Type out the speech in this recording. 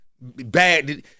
Bad